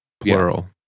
plural